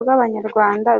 rw’abanyarwanda